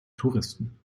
touristen